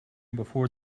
before